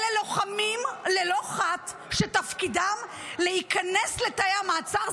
אלו לוחמים ללא חת שתפקידם להיכנס לתאי המעצר,